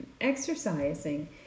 exercising